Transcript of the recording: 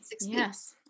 yes